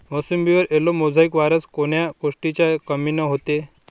मोसंबीवर yellow mosaic virus कोन्या गोष्टीच्या कमीनं होते?